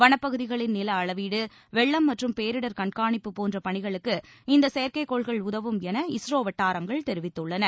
வனப்பகுதிகளின் நில அளவீடு வெள்ளம் மற்றும் பேரிடர் கண்காணிப்பு போன்ற பணிகளுக்கு இந்த செயற்கைக்கோள்கள் உதவும் என இஸ்ரோ வட்டாரங்கள் தெரிவித்துள்ளன